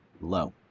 low